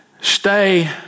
stay